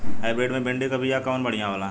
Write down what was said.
Hybrid मे भिंडी क कवन बिया बढ़ियां होला?